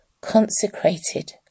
consecrated